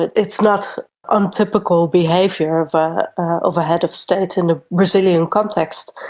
it's not untypical behaviour of ah of a head of state in the brazilian context,